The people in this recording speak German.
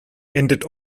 endet